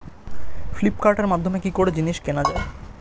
ফ্লিপকার্টের মাধ্যমে কি করে জিনিস কেনা যায়?